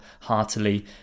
heartily